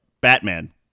Batman